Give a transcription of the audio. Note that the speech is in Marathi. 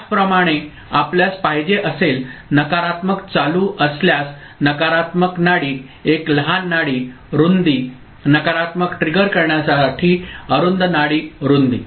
त्याचप्रमाणे आपल्यास पाहिजे असेल नकारात्मक चालू असल्यास नकारात्मक नाडी एक लहान नाडी रुंदी नकारात्मक ट्रिगर करण्यासाठी अरुंद नाडी रुंदी